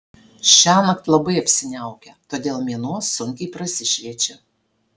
šiąnakt labai apsiniaukę todėl mėnuo sunkiai prasišviečia